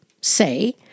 say